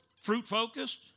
fruit-focused